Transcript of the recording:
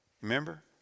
Remember